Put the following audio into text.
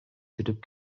сүрүп